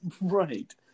Right